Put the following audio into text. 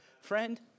Friend